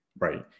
Right